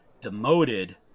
demoted